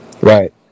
right